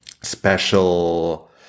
special